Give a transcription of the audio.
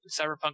cyberpunk